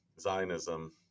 Zionism